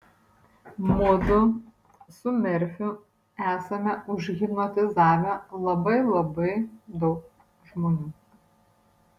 mudu su merfiu esame užhipnotizavę labai labai daug žmonių